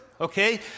okay